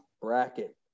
Bracket